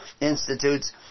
institutes